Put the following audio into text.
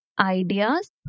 ideas